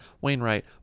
wainwright